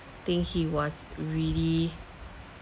think he was really